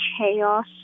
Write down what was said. chaos